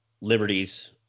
liberties